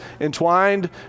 entwined